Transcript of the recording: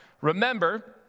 Remember